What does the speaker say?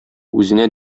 үзенә